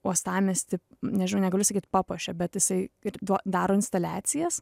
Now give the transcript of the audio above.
uostamiestį nežinau negaliu sakyt papuošė bet jisai ir daro instaliacijas